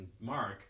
mark